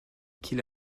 qu’il